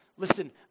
listen